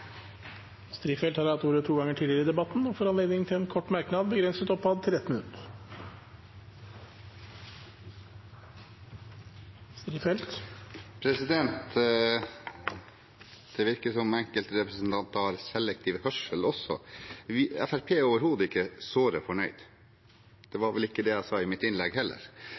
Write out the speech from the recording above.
Strifeldt har hatt ordet to ganger tidligere og får ordet til en kort merknad begrenset til 1 minutt. Det virker som om enkeltrepresentanter også har selektiv hørsel. Fremskrittspartiet er overhodet ikke såre fornøyd. Det var vel heller ikke det jeg sa i mitt innlegg.